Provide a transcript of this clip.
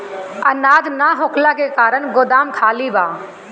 अनाज ना होखला के कारण गोदाम खाली बा